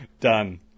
done